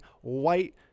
white